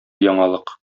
яңалык